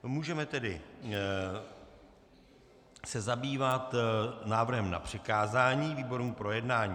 Můžeme se tedy zabývat návrhem na přikázání výborům k projednání.